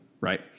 Right